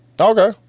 Okay